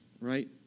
right